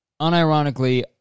Unironically